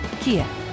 Kia